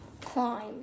Climb